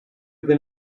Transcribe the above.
been